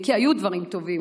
כי היו דברים טובים,